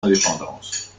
indépendance